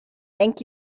thank